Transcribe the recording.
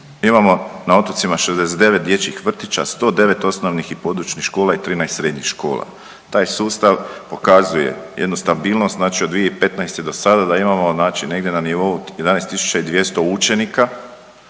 imamo na otocima 69 dječjih vrtića, 109 osnovnih i područnih škola i 13 srednjih škola. Taj sustav pokazuje jednu stabilnost, znači od 2015. do sada da imamo znači negdje na nivou 11.200 učenika